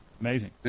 amazing